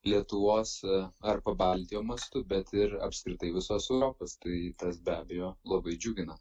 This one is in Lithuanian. lietuvos ar pabaltijo mastu bet ir apskritai visos europos tai tas be abejo labai džiugina